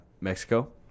Mexico